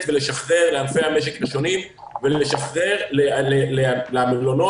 ולשחרר לענפי המשק השונים ולשחרר למלונות,